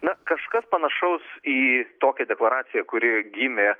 na kažkas panašaus į tokią deklaraciją kuri gimė